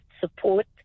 support